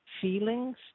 feelings